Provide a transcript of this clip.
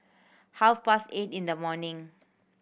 half past eight in the morning